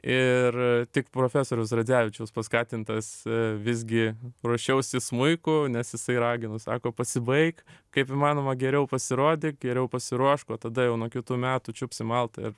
ir tik profesoriaus radzevičiaus paskatintas visgi ruošiausi smuiku nes jisai ragino sako pasibaik kaip įmanoma geriau pasirodyk geriau pasiruošk o tada jau nuo kitų metų čiupsim altą ir